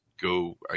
go